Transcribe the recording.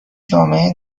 جامعه